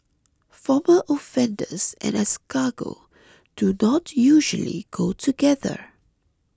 former offenders and escargot do not usually go together